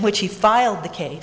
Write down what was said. which he filed the case